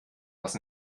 was